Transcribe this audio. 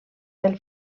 del